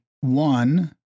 one